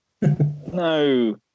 No